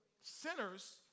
sinners